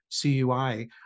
CUI